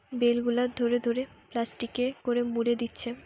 bell গুলা ধরে ধরে প্লাস্টিকে করে মুড়ে দিচ্ছে